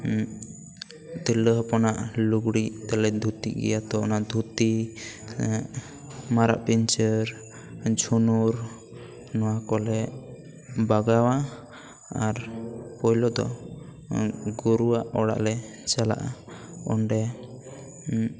ᱛᱤᱨᱞᱟᱹ ᱦᱚᱯᱚᱱᱟᱜ ᱞᱩᱜᱽᱲᱤᱡ ᱛᱮᱞᱮ ᱫᱷᱩᱛᱤᱡ ᱜᱮᱭᱟ ᱛᱚ ᱚᱱᱟ ᱫᱷᱩᱛᱤ ᱢᱟᱨᱟᱜ ᱯᱤᱱᱪᱟᱹᱨ ᱡᱷᱩᱱᱩᱨ ᱱᱚᱣᱟ ᱠᱚ ᱞᱮ ᱵᱟᱜᱟᱣᱟ ᱟᱨ ᱯᱩᱭᱞᱩ ᱫᱚ ᱜᱩᱨᱩᱣᱟᱜ ᱚᱲᱟᱜ ᱞᱮ ᱪᱟᱞᱟᱜᱼᱟ ᱚᱸᱰᱮ